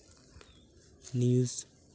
news